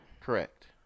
correct